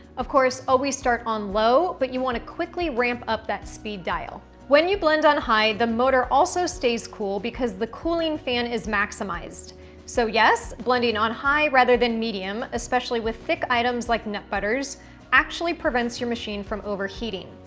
of course, always start on low but you wanna quickly ramp up that speed dial. when you blend on high the motor also stays cool because the cooling fan is maximized so yes, blending on high rather than medium, especially with thick items like nut butters actually prevents your machine from overheating.